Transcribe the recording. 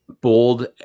bold